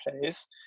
place